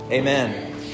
Amen